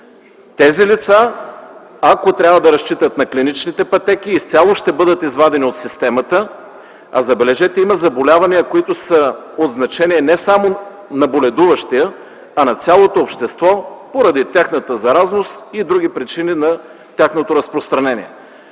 Тези лица, ако трябва да разчитат на клиничните пътеки, изцяло ще бъдат извадени от системата, а забележете – има заболявания, които са от значение не само за боледуващия, а за цялото общество поради тяхната заразност и други причини за тяхното разпространение.